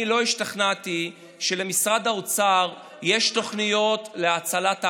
ואני לא השתכנעתי שלמשרד האוצר יש תוכניות להצלת הענף.